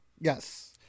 Yes